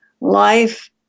life